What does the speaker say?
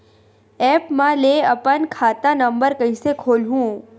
App म ले अपन खाता नम्बर कइसे खोलहु?